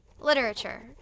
Literature